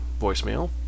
voicemail